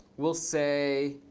we'll say